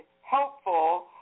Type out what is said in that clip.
helpful